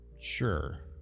Sure